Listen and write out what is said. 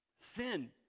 Sin